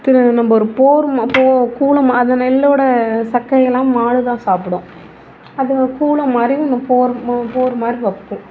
நம்ம ஒரு போர் அந்த நெல்லோட சக்கை எல்லாம் மாடு தான் சாப்பிடும் அது கூளம் மாதிரி போர் போர் மாதிரி வைப்போம்